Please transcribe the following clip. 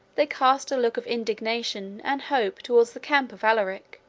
they cast a look of indignation and hope towards the camp of alaric,